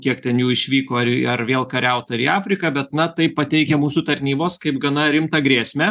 kiek ten jų išvyko ar ar vėl kariaut ar į afriką bet na tai pateikia mūsų tarnybos kaip gana rimtą grėsmę